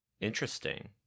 Interesting